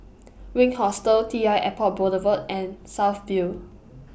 Wink Hostel T L Airport Boulevard and South View